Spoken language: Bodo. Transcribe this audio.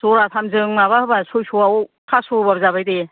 जराथामजों माबा होबा सयस'आव पासस' होबाबो जाबाय दे